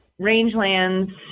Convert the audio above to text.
rangelands